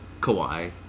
Kawhi